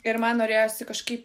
ir man norėjosi kažkaip